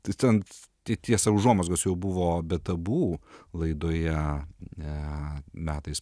tai ten tiesa užuomazgos jau buvo be tabu laidoje metais